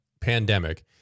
pandemic